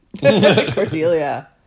Cordelia